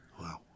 Wow